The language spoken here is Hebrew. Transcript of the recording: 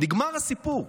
נגמר הסיפור.